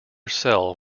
cell